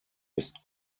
ist